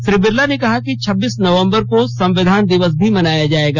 श्री बिरला ने कहा कि छब्बीस नवंबर को संविधान दिवस भी मनाया जायेगा